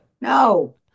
No